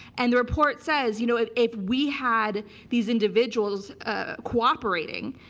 and the report says, you know, if if we had these individuals ah cooperating,